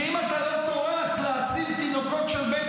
שאם אתה לא טורח להציל תינוקות של בית